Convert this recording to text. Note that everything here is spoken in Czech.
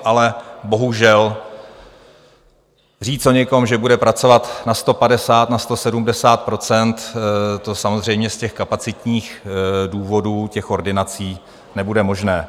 Ale bohužel říct o někom, že bude pracovat na 150, na 170 %, to samozřejmě z těch kapacitních důvodů těch ordinací nebude možné.